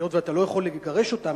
היות שאתה לא יכול לגרש אותם,